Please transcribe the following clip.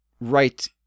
right